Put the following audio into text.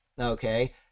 okay